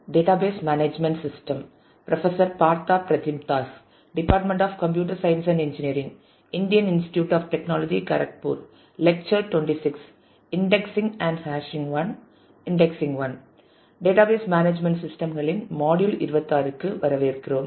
database management சிஸ்டம்களின் module 26க்கு வரவேற்கிறோம்